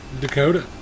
Dakota